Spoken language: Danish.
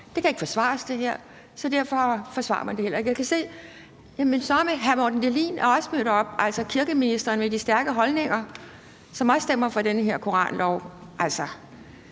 her kan ikke forklares; derfor forsvarer man det heller ikke. Jeg kan se, at kirkeministeren med de stærke holdninger, som også stemmer for den her koranlov,